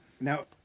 Now